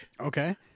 Okay